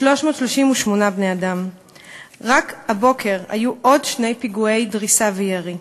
338. רק הבוקר היו עוד שני פיגועי דריסה וירי.